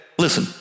Listen